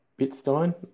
Bitstein